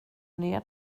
ner